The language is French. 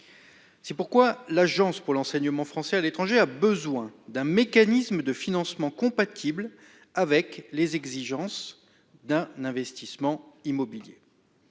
C'est pourquoi l'Agence pour l'enseignement français à l'étranger a besoin d'un mécanisme de financement compatible avec les exigences d'un investissement immobilier.